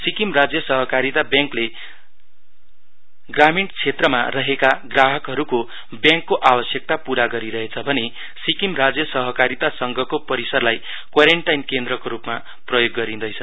सिक्किम राज्य सहकारी ब्याङकले ग्रामीण क्षेत्रमा रहेका ग्राहकहरूको ब्याङकको आवश्यकता पूरा गरिरहेछ भने सिक्किम राज्य सहकारीता संघको परिसरलाई क्वारेन्टाइन केन्द्रको रूपमा प्रयोग गरिँदैछ